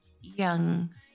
young